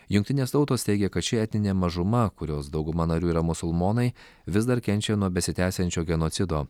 jungtinės tautos teigia kad ši etninė mažuma kurios dauguma narių yra musulmonai vis dar kenčia nuo besitęsiančio genocido